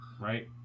Right